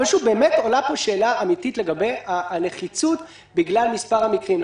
אבל עולה פה שאלה אמיתית לגבי הנחיצות בגלל מספר המקרים.